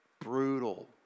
brutal